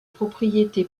propriété